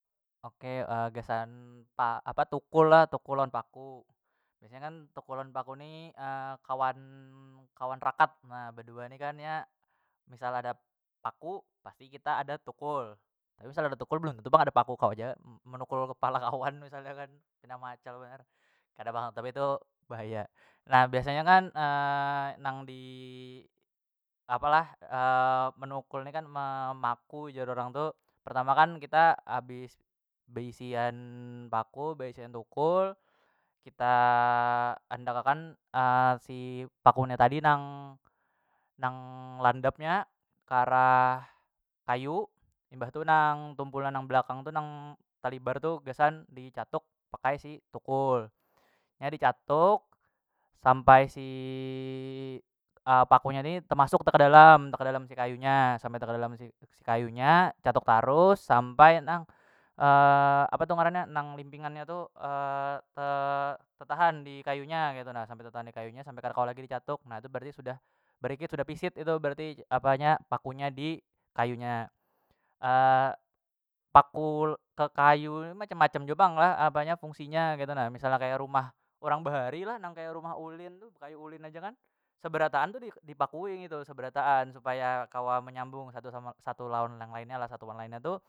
Oke gasan pa apa tukul le tukul lawan paku biasanya kan tukul lawan paku ni kawan- kawan rakat ne bedua ni kan nya misal ada paku pasti kita ada tukul tapi misal ada tukul belum tentu pang ada paku kawa ja menukul kepala kawan misalnya kan pina meacal banar kada pang tapi tu bahaya, nah biasanya kan nang di apalah menukul ni kan memaku jar orang tu pertama kan kita habis beisian paku beisian tukul kita andak akan si paku nya tadi nang nang landap nya ke arah kayu imbah tu nang tumpulan nang belakang tu nang talibar tu gasan dicatuk pakai si tukul, nya dicatuk sampai si paku nya ni temasuk tekadalam tekadalam si kayu nya sampai tekadalam si- si kayunya catuk tarus sampai nang apa tu ngarannya nang limpingannya tu te tetahan di kayunya ketu na sampai tetahan dikayunya sampai kada kawa lagi dicatuk na tu berati sudah barikit sudah pisit itu berarti apanya pakunya di kayunya paku ke kayu ni macam- macam jua pang lah apanya fungsinya ketu na misalnya kaya rumah urang bahari lah nang kaya rumah ulin tu bekayu ulin haja kan seberataan tu di- dipakui ngitu seberataan supaya kawa menyambung satu sama satu lawan yang lainnya lah satu yang lainnya tu.